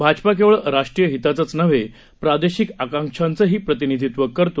भाजपा केवळ राष्ट्रीय हिताचंच नव्हे प्रादेशिक आकांक्षांचंही प्रतिनिधित्व करते